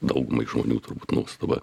daugumai žmonių turbūt nuostabą